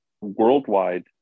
worldwide